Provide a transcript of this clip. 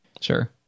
Sure